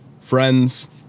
friends